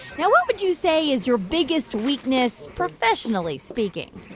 now, what would you say is your biggest weakness, professionally speaking?